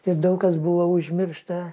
ir daug kas buvo užmiršta